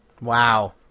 Wow